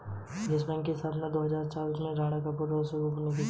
yes Bank की स्थापना दो हजार चार में राणा कपूर और अशोक कपूर ने की थी